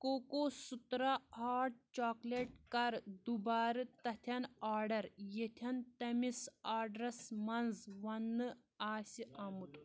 کُوکُوسوٗترٛا hot chocolate کر دُبارٕ تَتھین آرڈر یَتھیٚن تٔمِس آرڈَس مَنٛز وننہٕ آسہِ آمُت